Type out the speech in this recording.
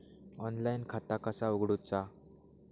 Online खाता कसा उगडूचा?